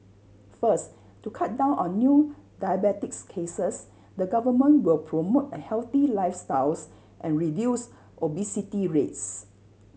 first to cut down on new diabetes cases the Government will promote a healthy lifestyles and reduce obesity rates